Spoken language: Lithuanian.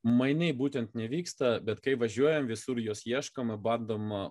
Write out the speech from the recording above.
mainai būtent nevyksta bet kai važiuojam visur jos ieškoma bandom